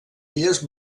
illes